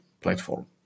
platform